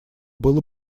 было